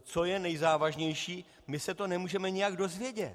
Co je nejzávažnější my se to nemůžeme nijak dozvědět.